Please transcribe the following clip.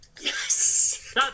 Yes